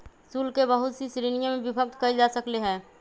शुल्क के बहुत सी श्रीणिय में विभक्त कइल जा सकले है